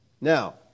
Now